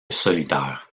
solitaire